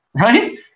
right